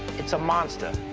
it's a monster.